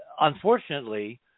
Unfortunately